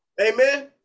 Amen